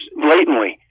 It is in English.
blatantly